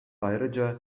ayrıca